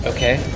Okay